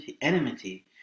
enmity